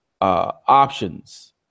options